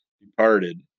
departed